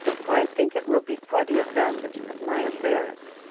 for i think it will be for the advantage of my affairs.